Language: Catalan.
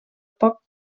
poc